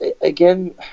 again